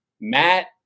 Matt